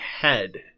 head